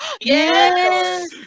Yes